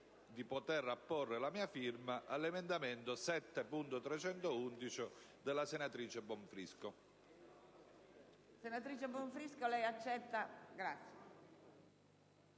di poter apporre la mia firma all'emendamento 7.311 della senatrice Bonfrisco.